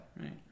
right